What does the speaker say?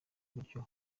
buryo